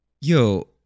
Yo